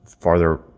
farther